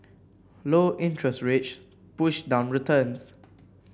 low interest rates push down returns